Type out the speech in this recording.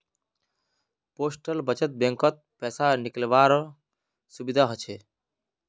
postal बचत बैंकत पैसा निकालावारो सुविधा हछ